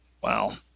wow